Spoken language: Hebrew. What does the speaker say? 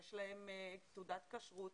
שיש להן תעודת כשרות,